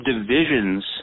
divisions